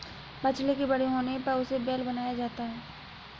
बछड़े के बड़े होने पर उसे बैल बनाया जाता है